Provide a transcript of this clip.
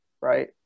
right